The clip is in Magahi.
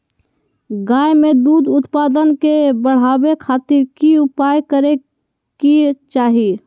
गाय में दूध उत्पादन के बढ़ावे खातिर की उपाय करें कि चाही?